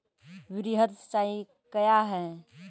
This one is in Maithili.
वृहद सिंचाई कया हैं?